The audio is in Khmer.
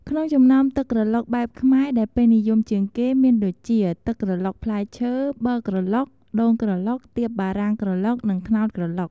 ក្នុងចំណោមទឹកក្រឡុកបែបខ្មែរដែលពេញនិយមជាងគេមានដូចជា ទឹកក្រឡុកផ្លែឈើ ប័រក្រឡុក ដូងក្រឡុក ទៀបបារាំងក្រឡុក និងត្នោតក្រឡុក។